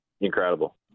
Incredible